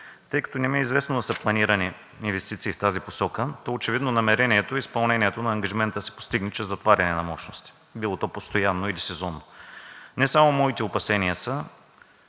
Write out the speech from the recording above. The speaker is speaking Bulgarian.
Тъй като не ми е известно да са планирани инвестиции в тази посока, то очевидно намерението е изпълнението на ангажимента да се постигне чрез затваряне на мощности, било то постоянно или сезонно. Не само моите опасения са,